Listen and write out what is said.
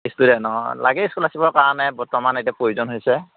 student অঁ লাগে স্ক'লাৰশ্বিপৰ কাৰণে বৰ্তমান এতিয়া প্ৰয়োজন হৈছে